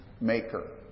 Maker